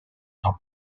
are